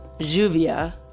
Juvia